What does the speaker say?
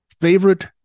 Favorite